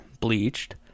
Bleached